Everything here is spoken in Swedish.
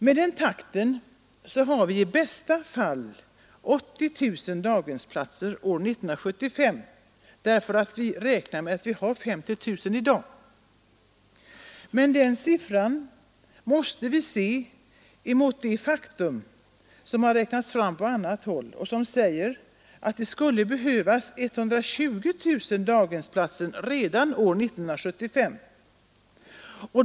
Med den takten har vi i bästa fall 80 000 daghemsplatser år 1975 — vi har väl 50 000 i dag — men den siffran måste vi se mot den uppgift som har räknats fram på annat håll och som säger att det skulle behövas 120 000 daghemsplatser redan år 1975.